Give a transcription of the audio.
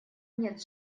нет